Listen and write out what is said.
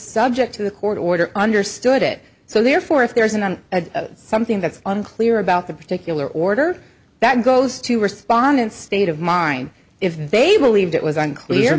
subject to the court order understood it so therefore if there isn't something that's unclear about the particular order that goes to respondent state of mind if they believed it was unclear